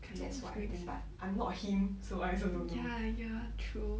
that's what I think but I'm not him so I also don't know